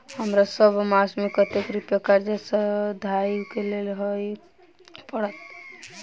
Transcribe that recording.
हमरा सब मास मे कतेक रुपया कर्जा सधाबई केँ लेल दइ पड़त?